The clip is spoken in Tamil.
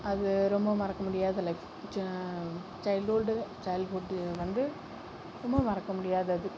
அது ரொம்ப மறக்க முடியாத லைஃப் சைல்ட்வுட்டு சைல்ட்வுட் வந்து ரொம்ப மறக்க முடியாதது